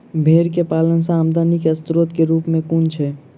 भेंर केँ पालन सँ आमदनी केँ स्रोत केँ रूप कुन छैय?